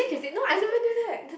I never knew that